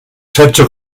setze